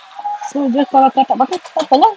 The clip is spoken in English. so just kalau kau tak pakai takpe lah